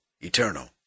eternal